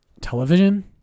television